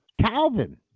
Calvin